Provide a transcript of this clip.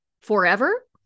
forever